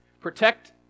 Protect